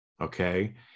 okay